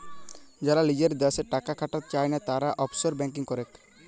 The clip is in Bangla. যারা লিজের দ্যাশে টাকা খাটাতে চায়না, তারা অফশোর ব্যাঙ্কিং করেক